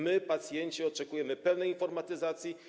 My, pacjenci, oczekujemy pełnej informatyzacji.